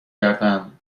کردن